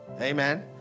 amen